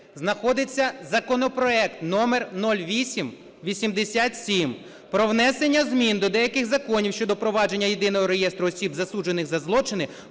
знаходиться законопроект номер 0887 про внесення змін до деяких законів (щодо впровадження Єдиного реєстру осіб, засуджених за злочини